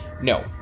No